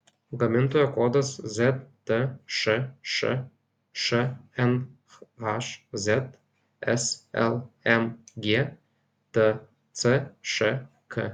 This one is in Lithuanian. gamintojo kodas ztšš šnhz slmg tcšk